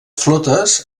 flotes